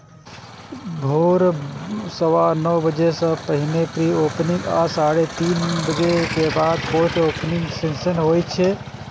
भोर सवा नौ बजे सं पहिने प्री ओपनिंग आ साढ़े तीन बजे के बाद पोस्ट ओपनिंग सेशन होइ छै